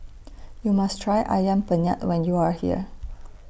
YOU must Try Ayam Penyet when YOU Are here